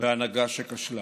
והנהגה שכשלה,